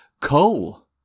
Coal